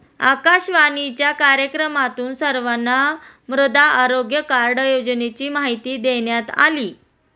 आकाशवाणीच्या कार्यक्रमातून सर्वांना मृदा आरोग्य कार्ड योजनेची माहिती देण्यात आली